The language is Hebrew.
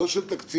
לא של תקציב,